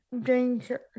danger